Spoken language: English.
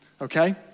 okay